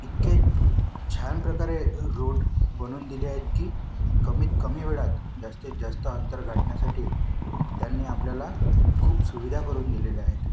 इतके छान प्रकारे रोड बनवून दिले आहेत की कमीतकमी वेळात जास्तीतजास्त अंतर गाठण्यासाठी त्यांनी आपल्याला खूप सुविधा करून दिलेल्या आहेत